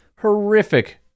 horrific